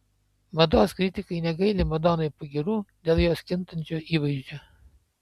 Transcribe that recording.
mados kritikai negaili madonai pagyrų dėl jos kintančio įvaizdžio